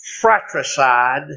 fratricide